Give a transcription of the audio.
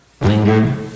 Linger